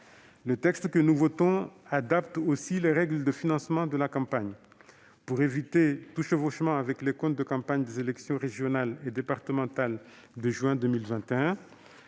Le texte que nous votons adapte aussi les règles de financement pour éviter tout chevauchement avec les comptes de campagne des élections régionales et départementales de juin 2021,